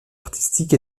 artistique